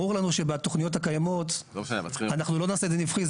ברור לנו שבתוכניות הקיימות אנחנו לא נעשה את זה נפחי,